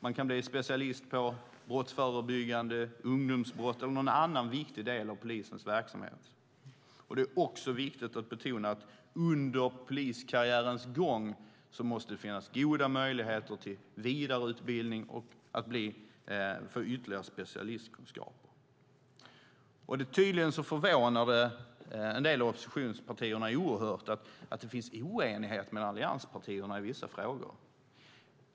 Man kan bli specialist på brottsförebyggande, på ungdomsbrott eller på någon annan viktig del av polisens verksamhet. Det är också viktigt att betona att det under poliskarriärens gång måste finnas goda möjligheter till vidareutbildning och att få ytterligare specialistkunskaper. Tydligen förvånar det en del av oppositionspartierna att det finns oenighet mellan allianspartierna i vissa frågor.